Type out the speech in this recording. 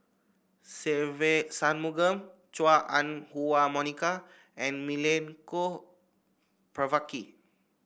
Se Ve Shanmugam Chua Ah Huwa Monica and Milenko Prvacki